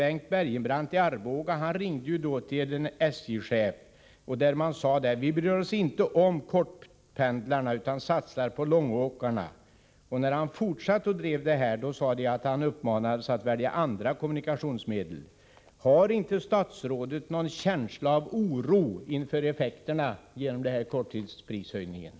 Bengt Bergenbrandt i Arboga ringde till en SJ-chef, som sade: ”Vi bryr oss inte om kortpendlarna utan satsar på långåkarna.” När Bergenbrandt fortsatte att driva sin ståndpunkt uppmanades han av SJ-chefen att välja andra kommunikationsmedel. Får inte statsrådet en känsla av oro inför effekterna av denna prishöjning på korttidsresor?